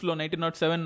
1907